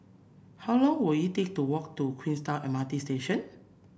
how long will it take to walk to Queenstown M R T Station